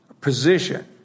position